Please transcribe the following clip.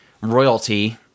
royalty